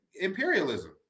imperialism